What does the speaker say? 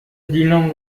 دینم